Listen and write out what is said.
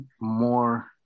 more